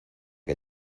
que